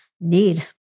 need